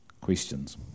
Questions